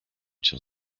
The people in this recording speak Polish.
cię